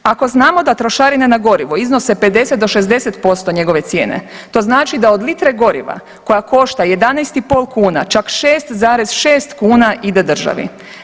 Ako znamo da trošarine na gorivo iznose 50 do 60% njegove cijene, to znači da od litre goriva koja košta 11,05 kuna čak 6,6 ide državi.